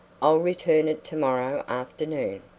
i'll return it to-morrow afternoon.